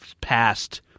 passed